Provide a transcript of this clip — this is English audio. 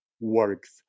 works